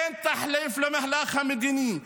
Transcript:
אין תחליף למהלך המדיני.